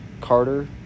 carter